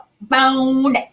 bone